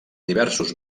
diversos